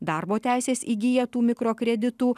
darbo teisės įgyja tų mikrokreditų